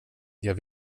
jag